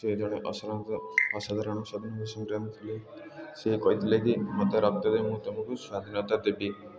ସେ ଜଣେ ଅସାଧାରଣ ସ୍ୱାଧିନତା ସଂଗ୍ରାମୀ ଥିଲେ ସେ କହିଥିଲେ କି ମୋତେ ରକ୍ତ ଦିଅ ମୁଁ ତୁମକୁ ସ୍ୱାଧିନତା ଦେବି